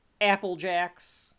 Applejacks